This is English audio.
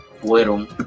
fueron